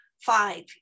Five